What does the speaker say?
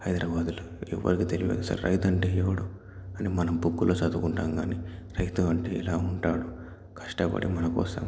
హైదరాబాదులో ఎవరికీ తెలియదు అసలు రైతు అంటే ఎవడు అని మనం బుక్కులో చదువుకుంటాము కానీ రైతు అంటే ఇలా ఉంటాడు కష్టపడి మన కోసం